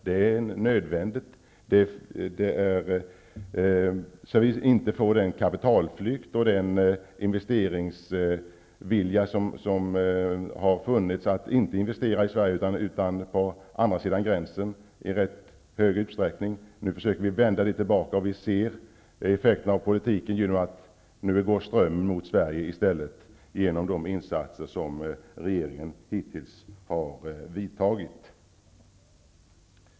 Det är nödvändigt för att vi inte på nytt skall få den kapitalflykt och den ovilja som funnits att investera i Sverige. Svenska företag har i rätt stor utsträckning föredragit att investera utomlands. Nu försöker vi vända den utvecklingen, och vi ser effekterna av politiken. Nu går strömmen till Sverige i stället, tack vare de insatser som regeringen har vidtagit.